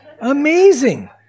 Amazing